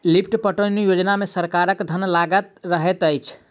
lift पटौनी योजना मे सरकारक धन लागल रहैत छै